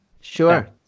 Sure